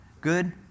Good